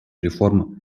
реформы